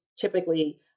typically